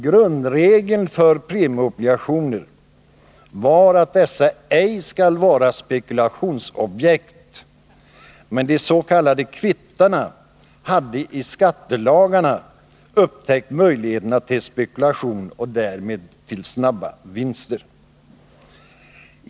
Grundregeln för premieobligationer var att dessa ej skall vara spekulationsobjekt. Men de s.k. kvittarna hade i skattelagarna upptäckt möjligheten till spekulation och därmed till snabba vinster.